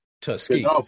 Tuskegee